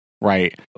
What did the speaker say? right